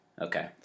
Okay